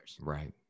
Right